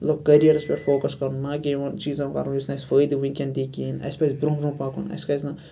مطلب کٔریَرَس پیٚٹھ فوکَس کَرُن نا کہِ یِمَن چیٖزَن یُس نہٕ اَسہِ وٕنکٮ۪س فٲیدٕ دی کِہیٖنۍ اَسہِ پَزِ برونٛہہ برونٛہہ پَکُن اَسہِ پَزِ نہٕ